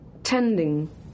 Tending